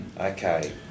Okay